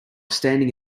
standing